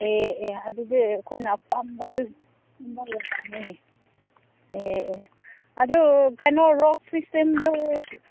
ꯑꯦ ꯑꯦ ꯑꯗꯨꯗꯤ ꯑꯩꯈꯣꯏꯅ ꯑꯄꯥꯝꯕꯗꯨ ꯈꯟꯕ ꯌꯥꯏꯌꯦꯅꯦ ꯑꯦ ꯑꯦ ꯑꯗꯨ ꯀꯩꯅꯣ ꯔꯣꯛꯁ ꯈ꯭ꯔꯤꯁꯇꯦꯟꯗꯨ